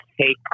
take